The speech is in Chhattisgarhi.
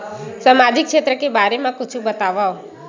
सामाजिक क्षेत्र के बारे मा कुछु बतावव?